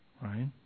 right